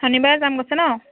শনিবাৰে যাম কৈছে নহ্